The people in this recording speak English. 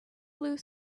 blue